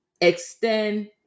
extend